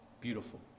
beautiful